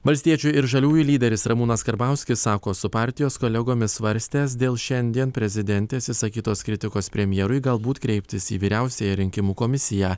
valstiečių ir žaliųjų lyderis ramūnas karbauskis sako su partijos kolegomis svarstęs dėl šiandien prezidentės išsakytos kritikos premjerui galbūt kreiptis į vyriausiąją rinkimų komisiją